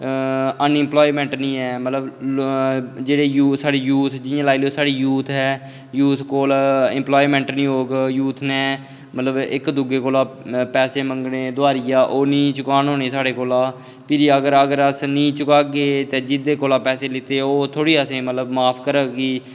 unemployment नी ऐ मतलब जि'यां जूथ लाई लैओ साढ़े जूथ ऐ जूथ कोल इंप्लाईमैंट निं होग जूथ नै मतलब इक दुऐ शा पैसे मंगने दोआरियां ओह् नेईं चुकान होने साढ़ै कोला फ्ही अगर अस नेईं चुकागे ते जेह्दे कोला दा पैसे लैत्ते दे ओह् थोड़ी असें गी माफ करग कि